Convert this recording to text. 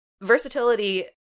versatility